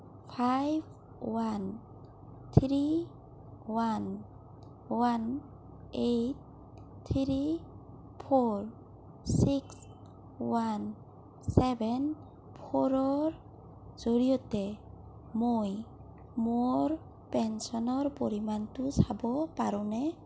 five one three one one eight three four six one seven ফ'ৰৰ জৰিয়তে মই মোৰ পেঞ্চনৰ পৰিমাণটো চাব পাৰোনে